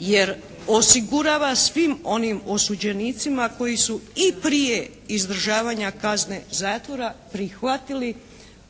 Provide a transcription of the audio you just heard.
jer osigurava svim onim osuđenicima koji su i prije izdržavanja kazne zatvora prihvatili